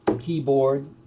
keyboard